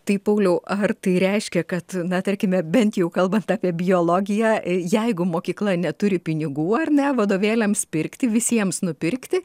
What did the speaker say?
tai paauglių ar tai reiškia kad na tarkime bent jau kalbant apie biologiją jeigu mokykla neturi pinigų ar ne vadovėliams pirkti visiems nupirkti